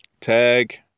tag